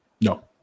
No